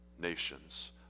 nations